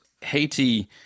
Haiti